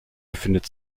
befindet